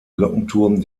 glockenturm